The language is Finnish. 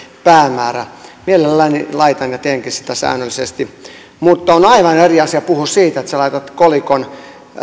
päämäärä mielelläni laitan ja teenkin sitä säännöllisesti mutta on aivan eri asia puhua siitä että laitat kolikon